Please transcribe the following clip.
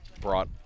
brought